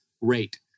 rate